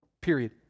Period